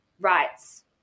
rights